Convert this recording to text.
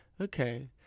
Okay